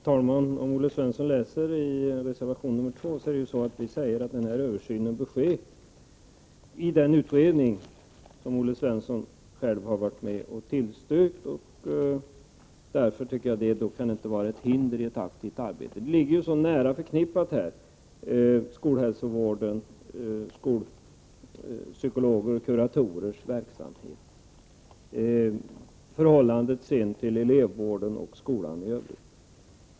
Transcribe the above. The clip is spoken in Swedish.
Herr talman! I reservation 2 säger vi att denna översyn bör ske i den utredning som Olle Svensson själv har tillstyrkt tillsättandet av. En sådan översyn kan alltså inte utgöra ett hinder för ett aktivt arbete. Skolhälsovårdens verksamhet är ju så nära förknippad med psykologers och kuratorers arbete.